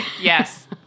yes